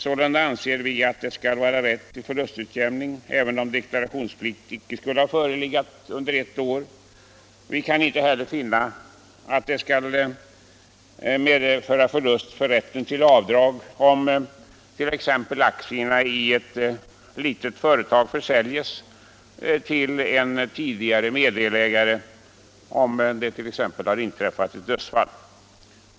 Sålunda anser vi att man skall ha rätt till förlustutjämning även om deklarationsplikt icke skulle ha förelegat under ett år. Vi kan inte heller finna att det bör medföra förlust av rätten till avdrag när aktierna i ett litet företag försäljs till en tidigare meddelägare, om det t.ex. har inträffat ett dödsfall.